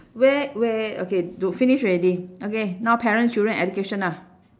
where where okay do finish already okay now parents children education lah